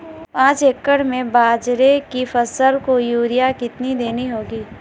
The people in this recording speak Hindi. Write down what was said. पांच एकड़ में बाजरे की फसल को यूरिया कितनी देनी होगी?